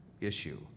issue